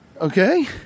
Okay